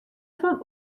fan